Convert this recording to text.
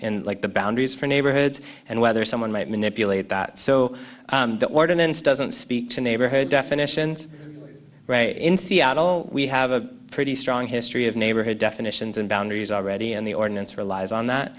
in like the boundaries for neighborhoods and whether someone might manipulate that so the ordinance doesn't speak to neighborhood definitions in seattle we have a pretty strong history of neighborhood definitions and boundaries already and the ordinance relies on that